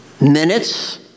Minutes